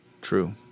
True